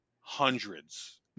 hundreds